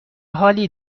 حالی